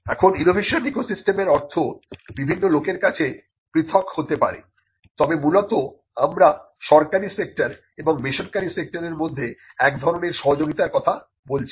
এখন ইনোভেশন ইকোসিস্টেমের অর্থ বিভিন্ন লোকের কাছে পৃথক হতে পারে তবে মূলত আমরা সরকারি সেক্টর এবং বেসরকারি সেক্টরের মধ্যে এক ধরনের সহযোগিতার কথা বলছি